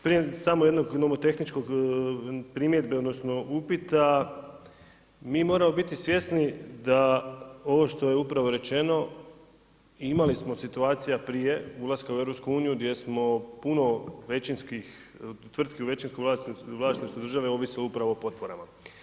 Prije samo jedne nomotehničke primjedbe odnosno upita, mi moramo biti svjesni da ovo što je upravo rečeno i imali smo situacija prije ulaska u EU gdje smo puno tvrtki u većinskom vlasništvu države ovise upravo o potporama.